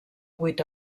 vuit